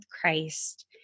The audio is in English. Christ